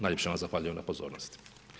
Najljepše vam zahvaljujem na pozornosti.